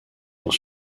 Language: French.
pour